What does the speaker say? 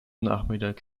nachmittag